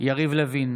יריב לוין,